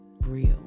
real